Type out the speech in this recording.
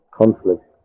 conflict